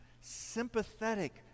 sympathetic